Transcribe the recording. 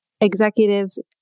executives